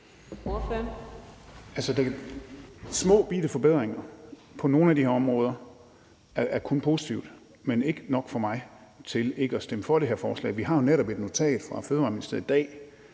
små, bitte forbedringer på nogle af de her områder, er kun positivt, men ikke nok for mig til ikke at stemme for det her forslag. Vi har jo netop et notat fra Ministeriet for